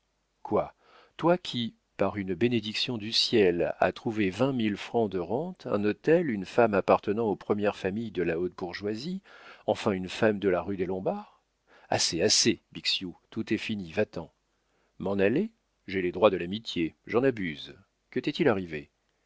quoi toi qui par une bénédiction du ciel as trouvé vingt mille francs de rente un hôtel une femme appartenant aux premières familles de la haute bourgeoisie enfin une femme de la rue des lombards assez assez bixiou tout est fini va-t'en m'en aller j'ai les droits de l'amitié j'en abuse que t'est-il arrivé